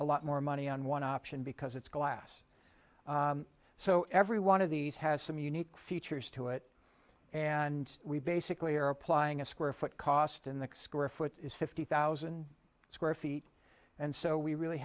a lot more money on one option because it's glass so every one of these has some unique features to it and we basically are applying a square foot cost in the square foot is fifty thousand square feet and so we really